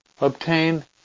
obtain